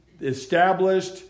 established